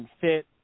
fit